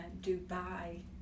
Dubai